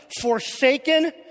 forsaken